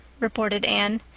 reported anne.